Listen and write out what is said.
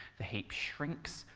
the heap shrinks,